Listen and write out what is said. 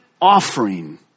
offering